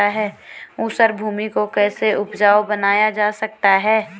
ऊसर भूमि को कैसे उपजाऊ बनाया जा सकता है?